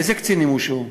איזה קצינים הושעו?